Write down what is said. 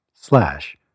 slash